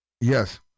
yes